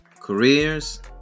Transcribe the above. careers